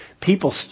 people